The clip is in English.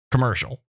Commercial